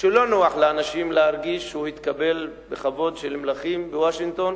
לא נוח לאנשים להרגיש שהוא התקבל בכבוד מלכים בוושינגטון,